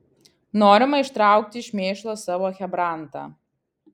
norima ištraukti iš mėšlo savo chebrantą